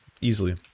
easily